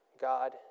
God